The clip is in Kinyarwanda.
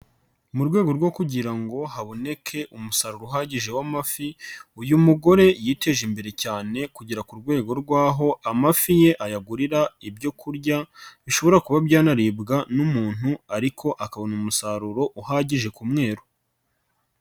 Mu rwego rwo kugira ngo haboneke umusaruro uhagije w'amafi, uyu mugore yiteje imbere cyane kugera ku rwego rw'aho amafi ye ayagurira ibyo kurya, bishobora kuba byanaribwa n'umuntu ariko akabona umusaruro uhagije ku mwero.